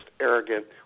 arrogant